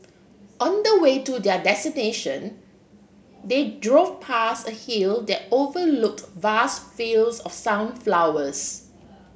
on the way to their destination they drove past a hill that overlooked vast fields of sunflowers